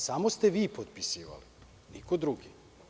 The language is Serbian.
Samo ste vi potpisivali, niko drugi.